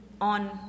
on